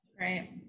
Right